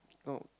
no